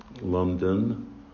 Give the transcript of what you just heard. London